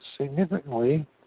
significantly